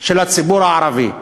של הציבור הערבי,